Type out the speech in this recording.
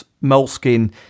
moleskin